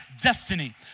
destiny